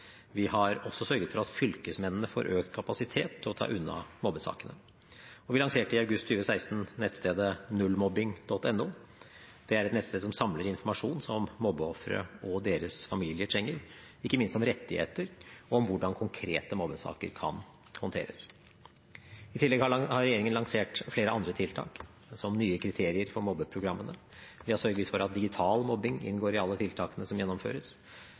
Vi har også sørget for at fylkesmennene får økt kapasitet til å ta unna mobbesakene, og vi lanserte i august 2016 nettstedet nullmobbing.no. Det er et nettsted som samler inn informasjon som mobbeofre og deres familier trenger, ikke minst om rettigheter og om hvordan konkrete mobbesaker kan håndteres. I tillegg har regjeringen lansert flere andre tiltak, som nye kriterier for mobbeprogrammene, vi har sørget for at digital mobbing inngår i alle tiltakene som gjennomføres,